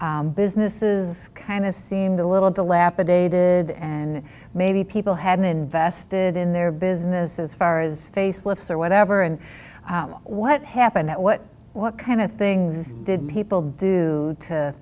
and businesses kind of seemed a little dilapidated and maybe people hadn't invested in their business as far as face lifts or whatever and what happened that what what kind of things did people do to